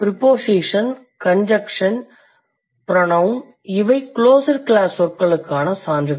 prepositions conjunction pronoun இவை closed class சொற்களுக்கான சான்றுகள்